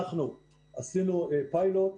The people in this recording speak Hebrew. אנחנו עשינו פיילוט,